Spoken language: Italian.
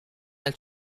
nel